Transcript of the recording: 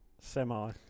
semi